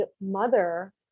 mother